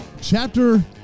chapter